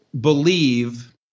believe